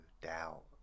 doubt